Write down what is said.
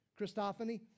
Christophany